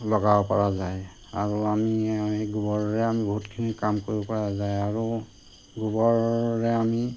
লগাব পৰা যায় আৰু আমি গোবৰেৰে আমি বহুতখিনি কাম কৰিব পৰা যায় আৰু গোবৰেৰে আমি